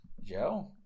Joe